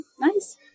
nice